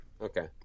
Okay